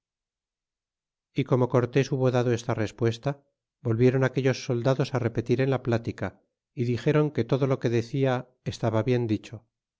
y como cortés hubo dado esta respuesta volvieron aquellos soldados á repetir en la plática y dixeron que todo lo que decia estaba bien dicho